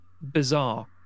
bizarre